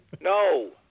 no